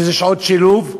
שזה שעות שילוב,